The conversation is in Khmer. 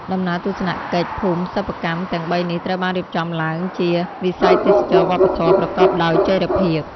ដំណើរទស្សនកិច្ចភូមិសិប្បកម្មទាំងបីនេះ ត្រូវបានរៀបចំឡើងជា វិស័យទេសចរណ៍វប្បធម៌ ប្រកបដោយចីរភាព។